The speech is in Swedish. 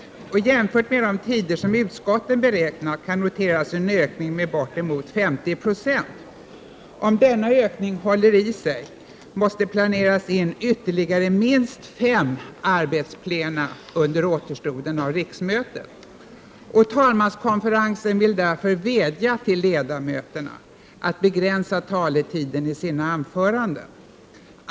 Jämfört med de tider som utskotten beräknat kan noteras en ökning med bortemot 50 26. Om denna ökning håller i sig måste planeras in ytterligare minst fem arbetsplena under återstoden av riksmötet. Talmanskonferensen vill därför vädja till ledamöterna att begränsa taletiden i sina anföranden.